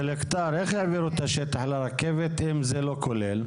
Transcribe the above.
סלקטר, איך העבירו את השטח לרכבת אם זה לא כולל?